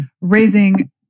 raising